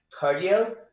cardio